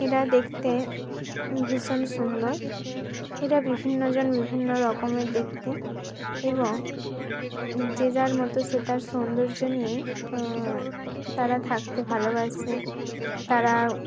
এরা দেখতে ভীষণ সুন্দর এরা বিভিন্ন জন বিভিন্ন রকমের দেখতে এবং যে যার মতো সে তার সৌন্দর্য নিয়েই তারা থাকতে ভালোবাসে তারা